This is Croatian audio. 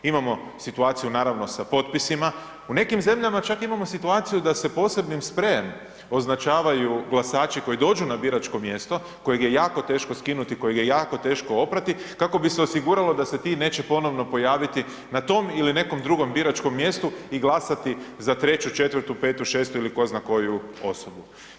Imamo situaciju naravno sa potpisima u nekim zemljama čak imamo situaciju da se posebnim sprejom označavaju glasači koji dođu na biračko mjesto kojeg je jako teško skinuti, kojeg je jako teško oprati kako bi se osiguralo da se ti neće ponovno pojaviti na tom ili na nekom drugom biračkom mjestu i glasati za 3., 4., 5., 6. ili ko zna koju osobu.